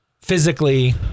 physically